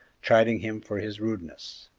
chiding him for his rudeness.